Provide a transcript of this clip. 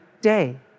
day